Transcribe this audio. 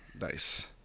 Nice